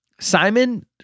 Simon